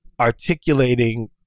articulating